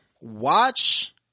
watch